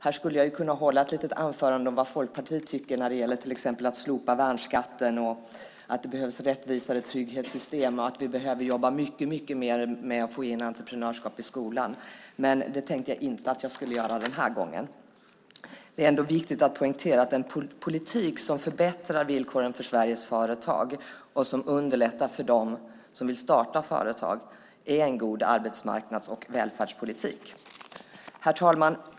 Här skulle jag kunna hålla ett litet anförande om vad Folkpartiet tycker när det till exempel gäller att slopa värnskatten, att det behövs rättvisare trygghetssystem och att vi behöver jobba mycket, mycket mer med att få in entreprenörskap i skolan, men det tänker jag inte göra den här gången. Det är ändå viktigt att poängtera att en politik som förbättrar villkoren för Sveriges företag och som underlättar för dem som vill starta företag är en god arbetsmarknads och välfärdspolitik. Herr talman!